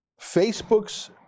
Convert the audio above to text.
Facebook's